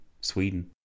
Sweden